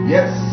Yes